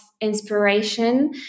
inspiration